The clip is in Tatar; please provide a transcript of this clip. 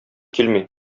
килми